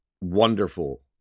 wonderful